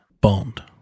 Bond